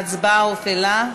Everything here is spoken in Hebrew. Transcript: ההצבעה הופעלה.